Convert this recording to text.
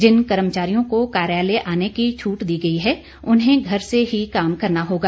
जिन कर्मचारियों को कार्यालय आने की छूट दी गई है उन्हें घर से ही काम करना होगा